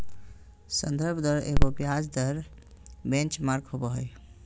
संदर्भ दर एगो ब्याज दर बेंचमार्क होबो हइ